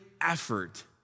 effort